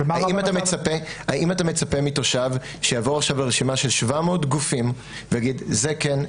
האם אתה מצפה מתושב שיעבור עכשיו על הרשימה של 700 גופים ויגיד: זה כן,